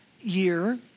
year